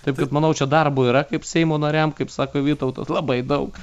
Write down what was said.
taip kad manau čia darbo yra kaip seimo nariam kaip sako vytautas labai daug